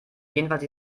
jedenfalls